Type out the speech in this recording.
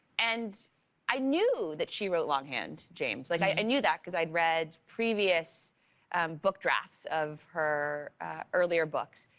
and i knew that she wrote longhand, james, like i knew that because i had read previous and book drafts of her earlier books,